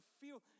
feel